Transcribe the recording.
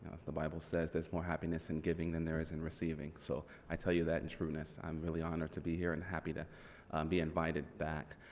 as the bible says there's more happiness in giving than there is in receiving so i tell you that in trueness i'm really honored to be here and happy to be invited back.